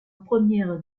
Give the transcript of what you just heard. première